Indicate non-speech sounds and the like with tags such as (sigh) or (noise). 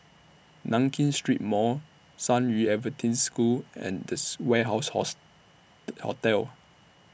Nankin Street Mall San Yu Adventist School and This Warehouse House (noise) Hotel